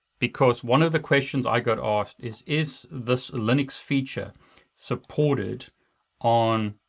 because one of the questions i got asked is, is this linux feature supported on